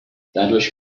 dadurch